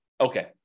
Okay